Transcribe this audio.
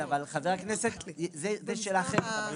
זאת שאלה אחרת.